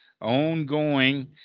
ongoing